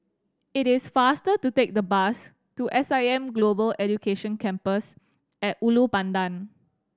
it is faster to take the bus to S I M Global Education Campus At Ulu Pandan